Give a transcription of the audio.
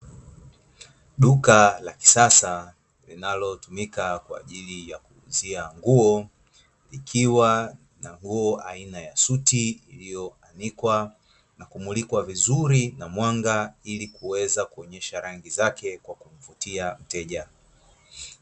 Duka la kisasa linalotumika kwa ajili ya kuuzia nguo likiwa na nguo aina ya suti iliyoanikwa na kumulikwa vizuri na mwanga ili kuweza kuonyesha rangi zake kwa kuvutia mteja.